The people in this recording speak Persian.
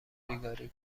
بیگاری